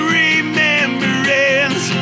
remembrance